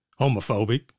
homophobic